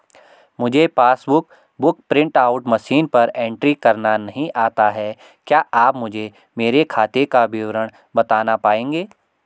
मुझे passbook book print out machine पर entry करना नहीं आता है क्या आप मुझे मेरे खाते का विवरण बताना पाएंगे?